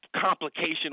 complication